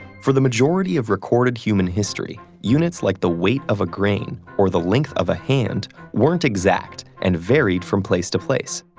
for the majority of recorded human history, units like the weight of a grain or the length of a hand weren't exact and varied from place to place.